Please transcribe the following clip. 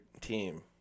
Team